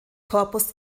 korpus